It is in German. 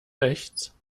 rechts